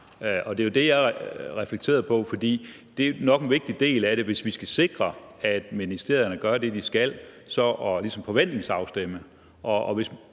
Det er jo det, jeg reflekterede på, for det er nok en vigtig del af det, hvis vi skal sikre, at ministerierne gør det, de skal, altså ligesom at forventningsafstemme.